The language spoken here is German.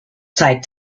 zeigt